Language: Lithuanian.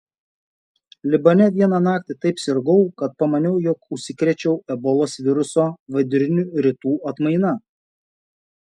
libane vieną naktį taip sirgau kad pamaniau jog užsikrėčiau ebolos viruso vidurinių rytų atmaina